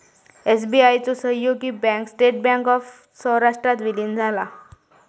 SBI चो सहयोगी bank state bank of सौराष्ट्रात विलीन झाला